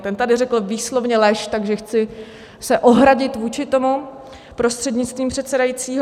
Ten tady řekl výslovně lež, takže se chci ohradit vůči tomu prostřednictvím pana předsedajícího.